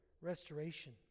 restoration